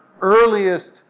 earliest